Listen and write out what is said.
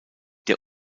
der